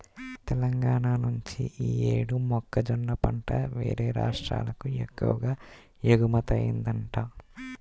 తెలంగాణా నుంచి యీ యేడు మొక్కజొన్న పంట యేరే రాష్ట్రాలకు ఎక్కువగా ఎగుమతయ్యిందంట